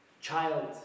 child